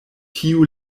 tiu